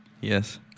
Yes